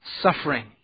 Suffering